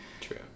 true